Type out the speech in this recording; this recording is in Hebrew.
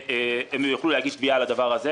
הם יוכלו להגיש תביעה על הדבר הזה,